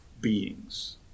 beings